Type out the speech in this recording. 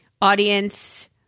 audience